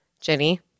Jenny